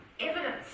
evidence